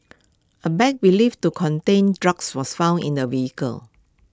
A bag believed to contain drugs was found in the vehicle